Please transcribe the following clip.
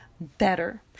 better